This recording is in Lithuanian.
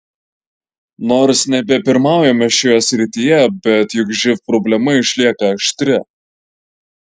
nors nebepirmaujame šioje srityje bet juk živ problema išlieka aštri